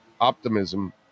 optimism